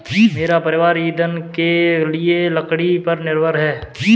मेरा परिवार ईंधन के लिए लकड़ी पर निर्भर है